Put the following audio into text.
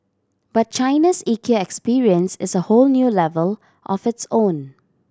but China's Ikea experience is a whole new level of its own